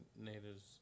natives